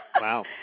Wow